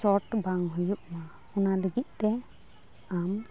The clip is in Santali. ᱥᱚᱴ ᱵᱟᱝ ᱦᱩᱭᱩᱜ ᱢᱟ ᱚᱱᱟ ᱞᱟᱹᱜᱤᱫᱛᱮ ᱟᱢ